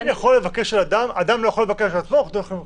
למה אדם לא יכול לבקש על עצמו אבל עורך דין כן יכול?